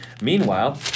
Meanwhile